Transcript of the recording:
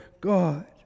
God